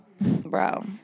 bro